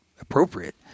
appropriate